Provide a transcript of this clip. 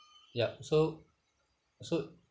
yup so so